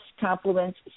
compliments